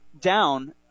down